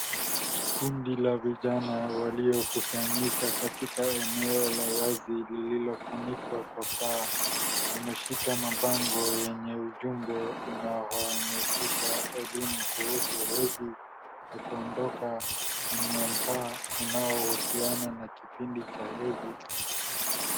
Kundi la vijana waliokusanyika katika eneo la wali lililofunikwa kwa paa. Wameshika mabango yenye ujumbe" tunawahamasisha elimu kuhusu hedhi na kuondoka unyanyapaa unahusiana na kipindi cha hedhi."